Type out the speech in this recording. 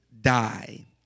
die